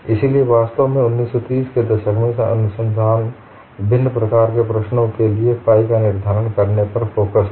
इसलिए वास्तव में 1930 के दशक मे अनुसंधान विभिन्न प्रकार के प्रश्नों के लिए फाइ का निर्धारण करने पर फोकस था